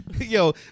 Yo